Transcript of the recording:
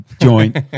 joint